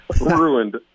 ruined